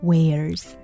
Wears